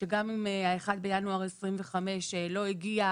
שגם אם ה-01.01.2025 לא הגיע,